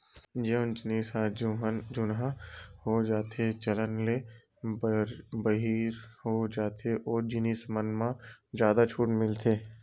जउन जिनिस ह जुनहा हो जाथेए चलन ले बाहिर हो जाथे ओ जिनिस मन म जादा छूट मिलथे